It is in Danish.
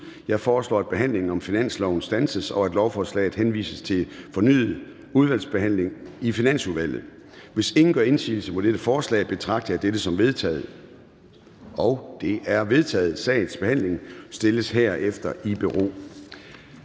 Jeg foreslår, at behandlingen af finanslovsforslaget standses, og at lovforslaget henvises til fornyet udvalgsbehandling i Finansudvalget. Hvis ingen gør indsigelse mod dette forslag, betragter jeg dette som vedtaget. Det er vedtaget. Sagens behandling stilles herefter i bero.